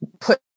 put